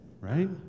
Right